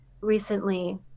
recently